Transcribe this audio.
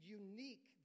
unique